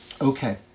Okay